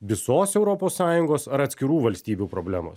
visos europos sąjungos ar atskirų valstybių problemos